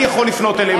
אני יכול לפנות אליהם,